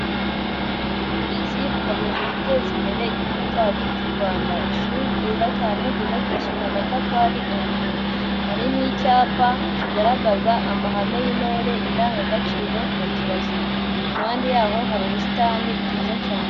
Uburezi bukomeje guteza imbere Igihugu cyacu cy'u Rwanda, ishuri ryiza cyane ryubakishije amatafari ahiye, harimo icyapa kigaragaza amahame y'intore indangagaciro na kirazira, impande yaho hari ubusitani bwiza cyane.